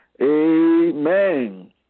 Amen